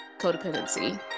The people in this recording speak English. Codependency